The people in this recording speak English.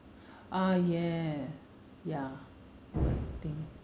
ah ya ya I think